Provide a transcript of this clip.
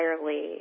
entirely